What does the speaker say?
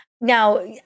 Now